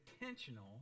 intentional